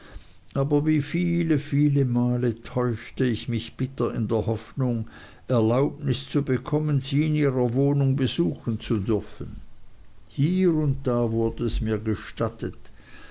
aber wie viele viele male täuschte ich mich bitter in der hoffnung erlaubnis zu bekommen sie in ihrer wohnung besuchen zu dürfen hie und da wurde es mir gestattet